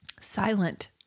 Silent